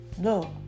no